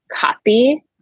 copy